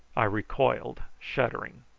i recoiled shuddering.